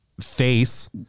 face